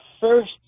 first